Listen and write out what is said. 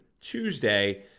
Tuesday